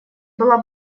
была